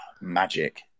magic